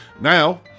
Now